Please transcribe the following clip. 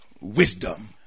wisdom